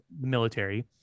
military